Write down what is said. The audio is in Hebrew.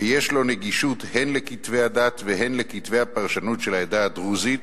ויש לו נגישות הן לכתבי הדת והן לכתבי הפרשנות של העדה הדרוזית,